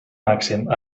màxim